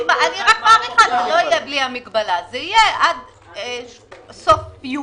זה יהיה עד סוף יוני,